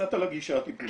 קצת על הגישה על הטיפולית.